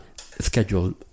schedule